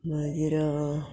मागीर